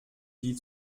die